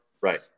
Right